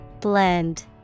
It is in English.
Blend